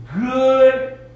good